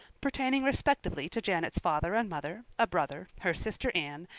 pertaining respectively to janet's father and mother, a brother, her sister anne,